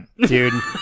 dude